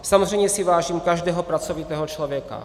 Samozřejmě si vážím každého pracovitého člověka.